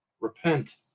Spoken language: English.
Repent